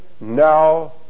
now